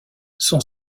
son